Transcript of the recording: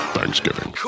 Thanksgiving